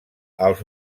els